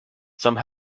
some